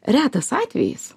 retas atvejis